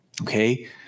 okay